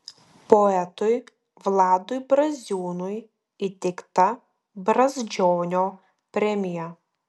poetui vladui braziūnui įteikta brazdžionio premija